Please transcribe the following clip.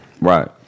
Right